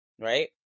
right